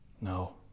No